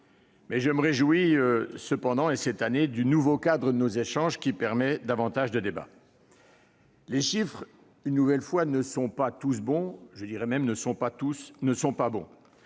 ! Je me réjouis cependant cette année du nouveau cadre de nos échanges, qui permet davantage de débat. Les chiffres, une nouvelle fois, ne sont pas tous bons, voire ne sont tout